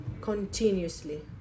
continuously